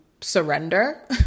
surrender